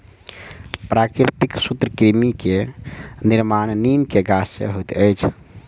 प्राकृतिक सूत्रकृमि के निर्माण नीम के गाछ से होइत अछि